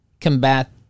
combat